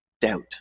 doubt